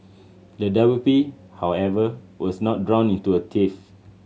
the W P however was not drawn into a tiff